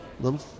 little